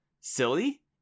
silly